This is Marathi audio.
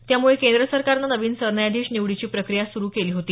त्यामुळे केंद्र सरकारने नवीन सरन्यायाधीश निवडीची प्रक्रिया सुरू केली होती